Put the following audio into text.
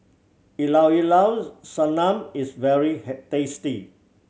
Ilao llao Sanum is very tasty